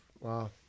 Wow